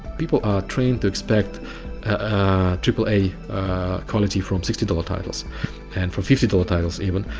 people are trained to expect triple a quality from sixty dollars titles and for fifty dollars titles even,